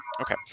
Okay